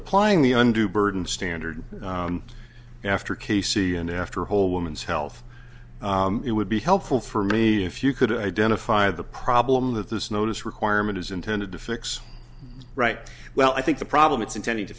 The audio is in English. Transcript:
applying the under the burden standard after casey and after whole woman's health it would be helpful for me if you could identify the problem that this notice requirement is intended to fix right well i think the problem it's intended to